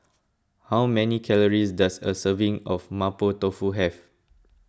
how many calories does a serving of Mapo Tofu have